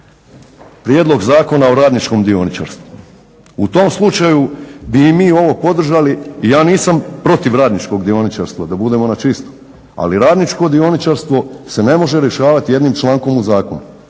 Prijedlog Zakona o radničkom dioničarstvu. U tom slučaju bi i mi ovo podržali. Ja nisam protiv radničkog dioničarstva da budemo na čisto, ali radničko dioničarstvo se ne može rješavati jednim člankom u zakonu.